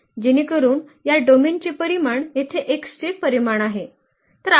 जेणेकरुन या डोमेनचे परिमाण येथे X चे परिमाण आहे